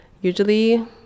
usually